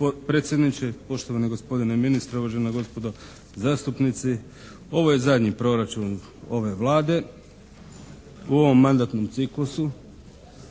predsjedniče, poštovani gospodine ministre, uvažena gospodo zastupnici. Ovo je zadnji proračun ove Vlade u ovom mandatnom ciklusu.